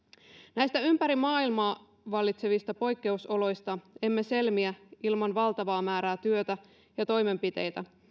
näistä ympäri maailmaa vallitsevista poikkeusoloista emme selviä ilman valtavaa määrää työtä ja toimenpiteitä